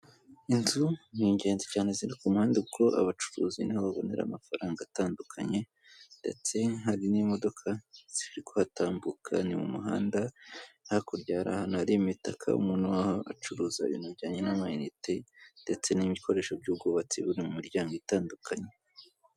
Inzu ni ingenzi cyane ziri ku muhanda kuko abacuruzi ni ho babonera amafaranga atandukanye, ndetse hari n'imodoka ziri kuhatambuka, ni mu muhanda hakurya hari ahantu hari imitaka umuntu acuruza ibintu bijyanye n'amayinite ndetse n'ibikoresho by'ubwubatsi biri mu miryango itandukanye.